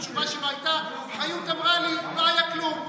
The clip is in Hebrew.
התשובה שלו הייתה: חיות אמרה לי שלא היה כלום.